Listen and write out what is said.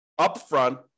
upfront